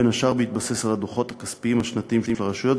בין השאר בהתבסס על הדוחות הכספיים השנתיים של הרשויות,